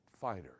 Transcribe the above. fighter